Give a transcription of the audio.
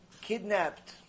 kidnapped